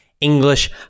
English